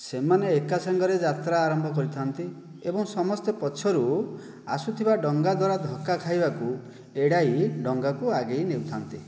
ସେମାନେ ଏକା ସାଙ୍ଗରେ ଯାତ୍ରା ଆରମ୍ଭ କରିଥାନ୍ତି ଏବଂ ସମସ୍ତେ ପଛରୁ ଆସୁଥିବା ଡଙ୍ଗା ଦ୍ୱାରା ଧକ୍କା ଖାଇବାକୁ ଏଡ଼ାଇ ଡଙ୍ଗାକୁ ଆଗେଇ ନେଉଥାନ୍ତି